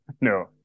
No